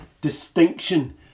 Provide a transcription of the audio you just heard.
distinction